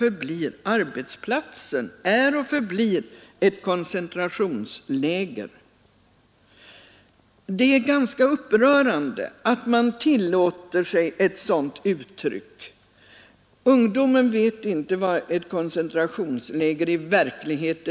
proven i svenska Ungdomen vet inte vad ett koncentrationsläger i verkligheten innebär, men att slött sprida ut en sådan uppfattning om arbetet i en tid, när vi Denna artikel saknade väsentliga fakta!